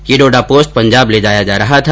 ये डोडा पोस्ट पंजाब ले जाया जा रहा था